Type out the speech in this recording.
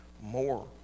more